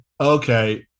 okay